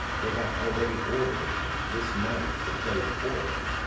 they have already order this night to play before him.